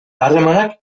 harremanak